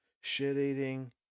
Shit-eating